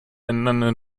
ändernde